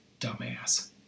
dumbass